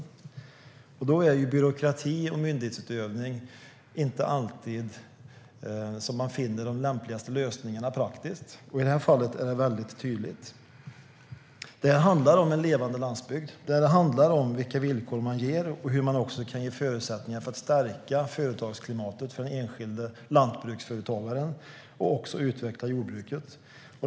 Det är inte alltid genom byråkrati och myndighetsutövning som man finner de lämpligaste lösningarna praktiskt. I det här fallet är det väldigt tydligt. Det handlar om en levande landsbygd. Det handlar om vilka villkor man ger och hur man kan ge förutsättningar för att stärka företagsklimatet för den enskilde lantbruksföretagaren och utveckla jordbruket.